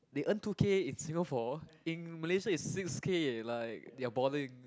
they earn two K in Singapore in Malaysia it's six K eh like they're balling